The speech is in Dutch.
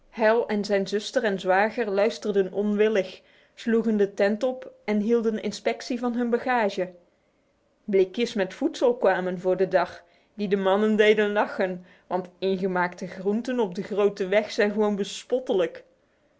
en zijn zuster en zwager luisterden onwillig sloegen de tent op en hielden inspectie over hun bagage blikjes met voedsel kwamen voor de dag die de mannen deden lachen want ingemaakte groenten op de grote weg zijn gewoon